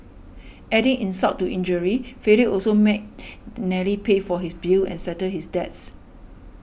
adding insult to injury Philip also made Nellie pay for his bills and settle his debts